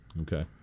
Okay